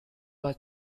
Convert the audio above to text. was